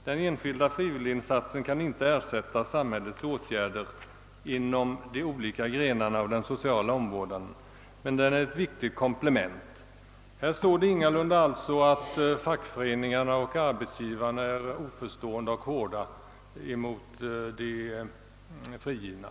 Den enskilda frivilliginsatsen kan inte ersätta samhällets åtgärder inom de olika grenarna av den sociala omvårdnaden, men den är ett viktigt komplement.» Det står ingalunda att fackföreningarna och arbetsgivarna är oförstående och hårda emot de frigivna.